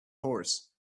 horse